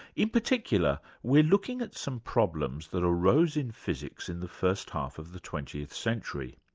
in particular we're looking at some problems that arose in physics in the first half of the twentieth century.